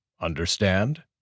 Understand